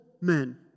men